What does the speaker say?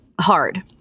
hard